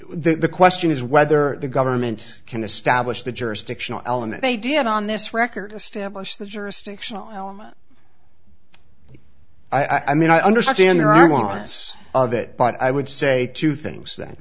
here the question is whether the government can establish the jurisdictional element they did on this record establish the jurisdictional element i mean i understand there are wants of it but i would say two things that